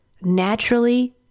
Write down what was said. naturally